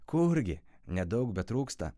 kurgi nedaug betrūksta